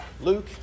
Luke